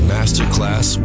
Masterclass